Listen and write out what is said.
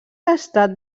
estat